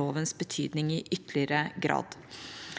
lovens betydning i ytterligere grad.